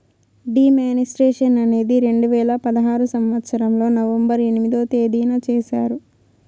D మానిస్ట్రేషన్ అనేది రెండు వేల పదహారు సంవచ్చరంలో నవంబర్ ఎనిమిదో తేదీన చేశారు